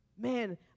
Man